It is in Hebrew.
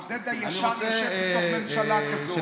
עודד יושב שם בתוך ממשלה כזאת.